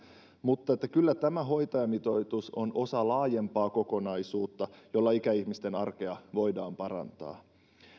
mutta kyllä tämä hoitajamitoitus on osa laajempaa kokonaisuutta jolla ikäihmisten arkea voidaan parantaa